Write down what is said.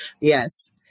Yes